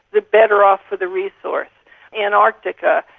the better off for the resource antarctica,